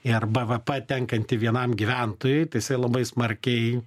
į ar bvp tenkantį vienam gyventojui tai jisai labai smarkiai